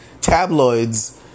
Tabloids